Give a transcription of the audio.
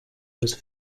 was